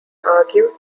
argued